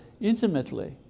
intimately